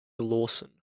lawson